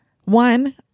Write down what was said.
One